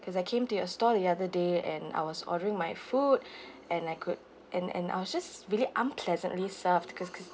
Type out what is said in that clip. cause I came to your store the other day and I was ordering my food and I could and and I was just really unpleasantly served cause cause